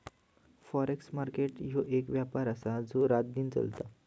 forex market ह्यो एक व्यापार आसा जो रातदिन चलता